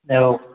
औ